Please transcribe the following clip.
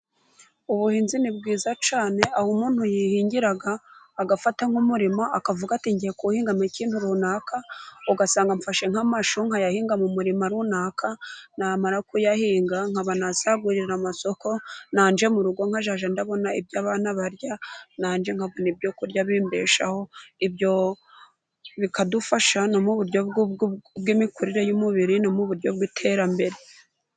Ubuhinnzi ni bwiza cyane aho umuntu yihingira, agafata nk'umurima akavuga ati: "Ngiye kuwuhingamo ikintu runaka", ugasanga mfashe nk'amashu nkayahinga mu murimo runaka, namara kuyahinga nkaba nasagurira amasoko, nanjye mu rugo nkajya mbona ibyo abana barya, nanjye nkabona ibyo kurya bimbeshaho, ibyo bikadufasha imikurire y'umubiri no mu buryo bw'iterambere.